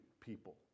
people